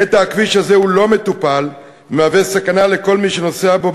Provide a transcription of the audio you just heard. קטע הכביש הזה לא מטופל ומהווה סכנה לכל מי שנוסע בו.